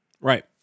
Right